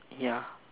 ya